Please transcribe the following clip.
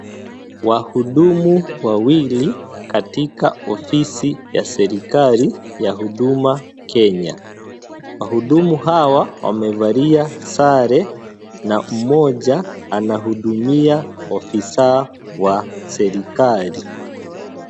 Wahudumu wawili, katika ofisi ya serikali ya Huduma Kenya. Wahudumu hawa wamevalia sare na mmoja anahudumia ofisa wa serikali.